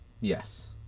Yes